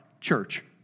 church